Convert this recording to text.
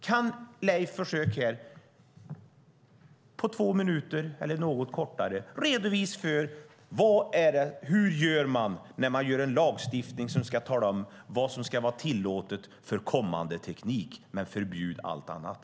Kan Leif försöka att här på två minuter, eller något kortare, redovisa för detta. Hur gör man när man gör en lagstiftning som ska tala om vad som ska vara tillåtet för kommande teknik men förbjuda allt annat?